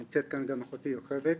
נמצאת כאן גם אחותי יוכבד.